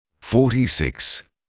forty-six